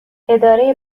اداره